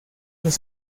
los